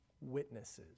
witnesses